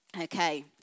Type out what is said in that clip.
Okay